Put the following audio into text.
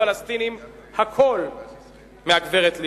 רק לפני שנה וחצי כבר קיבלו הפלסטינים הכול מהגברת לבני.